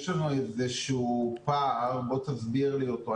יש לנו איזשהו פער, בוא תסביר לי אותו.